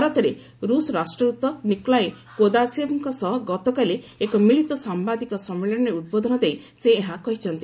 ଭାରତରେ ରୁଷ୍ ରାଷ୍ଟ୍ରଦୂତ ନିକୋଲାଇ କୁଦାସେବ୍ଙ୍କ ସହ ଗତକାଲି ଏକ ମିଳିତ ସାମ୍ବାଦିକ ସମ୍ମିଳନୀରେ ଉଦ୍ବୋଧନ ଦେଇ ସେ ଏହା କହିଛନ୍ତି